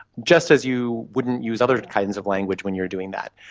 just as you wouldn't use other kinds of language when you are doing that.